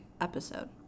episode